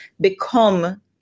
become